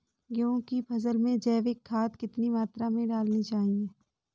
गेहूँ की फसल में जैविक खाद कितनी मात्रा में डाली जाती है?